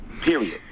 period